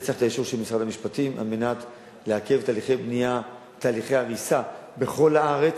זה צריך את האישור של משרד המשפטים כדי לעכב תהליכי הריסה בכל הארץ,